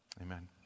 amen